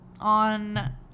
on